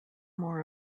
more